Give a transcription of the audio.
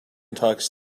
talks